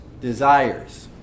desires